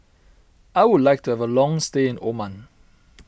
I would like to have a long stay in Oman